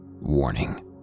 Warning